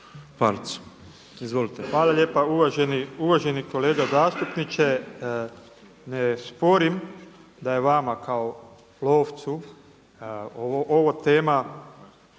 Hvala lijepa. Uvaženi kolega zastupniče, ne sporim da je vama kao lovcu ovo tema